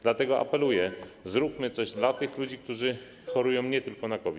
Dlatego apeluję: zróbmy coś dla tych ludzi, którzy chorują nie tylko na COVID.